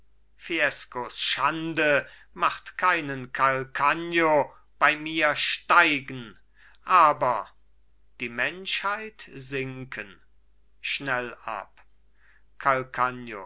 fiescos schande macht keinen calcagno bei mir steigen aber die menschheit sinken schnell ab